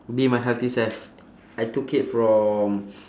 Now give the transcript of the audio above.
be my healthy self I took it from